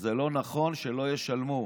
שזה לא נכון שלא ישלמו.